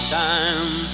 time